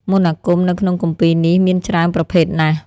មន្តអាគមនៅក្នុងគម្ពីរនេះមានច្រើនប្រភេទណាស់។